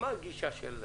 מה הגישה של המשרד?